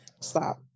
Stop